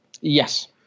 Yes